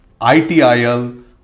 ITIL